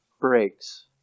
breaks